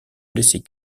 laisser